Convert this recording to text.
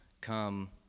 come